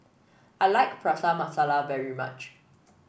I like Prata Masala very much